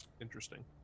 Interesting